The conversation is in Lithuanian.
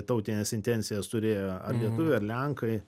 tautines intencijas turėjo ar lietuviai ar lenkai